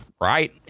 right